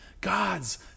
God's